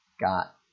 got